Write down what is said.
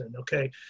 Okay